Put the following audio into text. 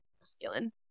masculine